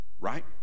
right